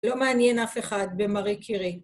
לא מעניין אף אחד במארי קירי.